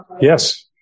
Yes